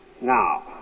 Now